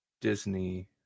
Disney